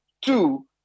two